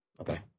Okay